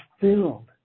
filled